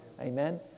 Amen